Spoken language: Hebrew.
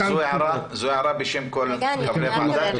זו הערה בשם כל חברי הוועדה.